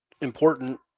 important